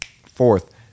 fourth